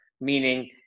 Meaning